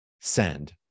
send